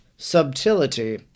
subtility